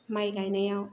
माय गायनायाव